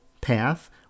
path